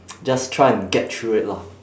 just try and get through it lah